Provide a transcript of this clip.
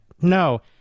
no